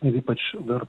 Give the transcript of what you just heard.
ir ypač dar